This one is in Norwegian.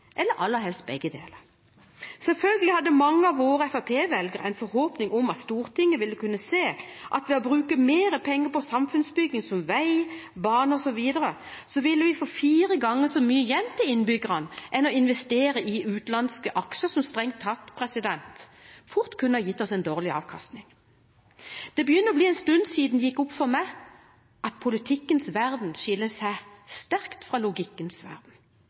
aller helst begge deler. Selvfølgelig hadde mange av våre fremskrittsparti-velgere en forhåpning om at Stortinget ville se at ved å bruke mer penger på samfunnsbygging som vei, bane osv., ville vi få fire ganger så mye igjen til innbyggerne som ved å investere i utenlandske aksjer, som strengt tatt fort kunne ha gitt oss dårlig avkastning. Det begynner å bli en stund siden det gikk opp for meg at politikkens verden skiller seg sterkt fra logikkens verden.